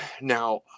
Now